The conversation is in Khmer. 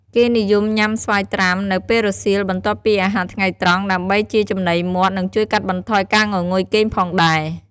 គេនិយមញុាំស្វាយត្រាំ នៅពេលរសៀលបន្ទាប់ពីអាហារថ្ងៃត្រង់ ដើម្បីជាចំណីមាត់ និងជួយកាត់បន្ថយការងងុយគេងផងដែរ។